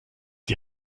die